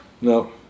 no